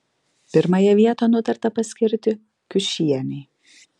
pirmąją vietą nutarta paskirti kiušienei